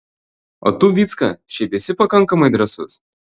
o tu vycka šiaip esi pakankamai drąsus